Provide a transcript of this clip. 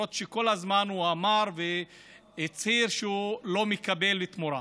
למרות שכל הזמן הוא אמר והצהיר שהוא לא מקבל תמורה.